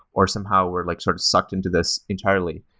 or somehow we're like sort of sucked into this entirely.